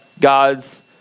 God's